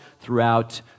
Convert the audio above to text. throughout